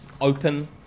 open